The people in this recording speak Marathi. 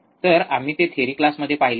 तर आम्ही ते थेरी क्लासमध्ये पाहिले आहे